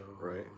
Right